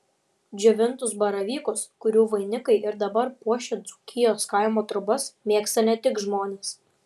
džiovintus baravykus kurių vainikai ir dabar puošia dzūkijos kaimo trobas mėgsta ne tik žmonės